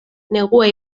negua